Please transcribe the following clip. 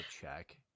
check